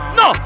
no